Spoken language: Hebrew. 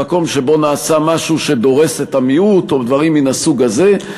במקום שבו נעשה משהו שדורס את המיעוט או דברים מן הסוג הזה,